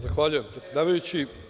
Zahvaljujem, predsedavajući.